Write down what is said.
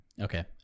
Okay